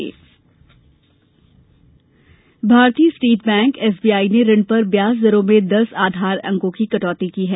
SBI ऋण Bharatiya State Bank SBI ने ऋण पर ब्याज दरों में दस आधार अंकों की कटौती की है